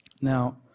Now